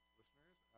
listeners